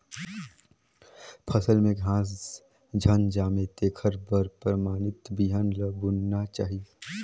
फसल में घास झन जामे तेखर बर परमानित बिहन ल बुनना चाही